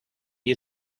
you